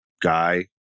guy